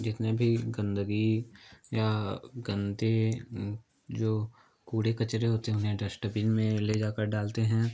जितनी भी गंदगी या गंदे जो कूड़े कचरे होते हैं उन्हें डश्टबिन में लेजाकर डालते हैं